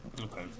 Okay